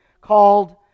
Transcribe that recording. called